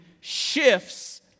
shifts